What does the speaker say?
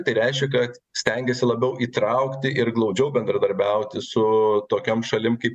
tai reiškia kad stengiasi labiau įtraukti ir glaudžiau bendradarbiauti su tokiom šalim kaip